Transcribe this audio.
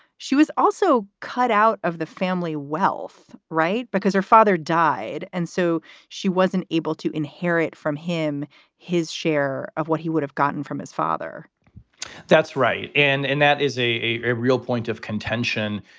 she was also cut out of the family wealth, right, because her father died. and so she wasn't able to inherit from him his share of what he would have gotten from his father that's right. and and that is a a real point of contention,